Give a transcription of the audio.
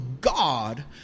God